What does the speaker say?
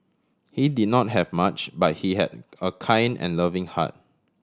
he did not have much but he had a kind and loving heart